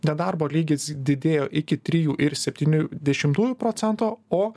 nedarbo lygis didėjo iki trijų ir septynių dešimtųjų procento o